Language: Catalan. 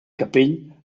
capell